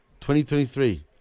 2023